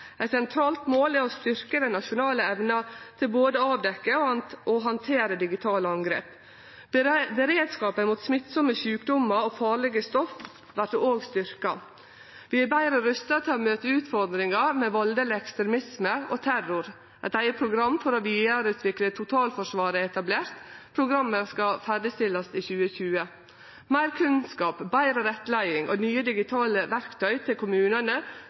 Eit sentralt mål er å styrkje den nasjonale evna til både å avdekkje og å handtere digitale angrep. Beredskapen mot smittsame sjukdomar og farlege stoff vert òg styrkt. Vi er betre rusta til å møte utfordringar med valdeleg ekstremisme og terror. Eit eige program for å vidareutvikle totalforsvaret er etablert. Programmet skal ferdigstillast i 2020. Meir kunnskap, betre rettleiing og nye digitale verktøy til kommunane